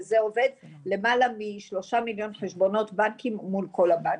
וזה עובד למעלה משלושה מיליון חשבנות בנקים מול כל הבנקים.